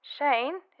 Shane